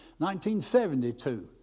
1972